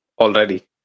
already